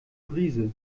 brise